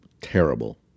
terrible